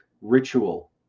ritual